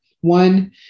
one